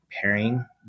pairing